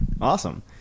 Awesome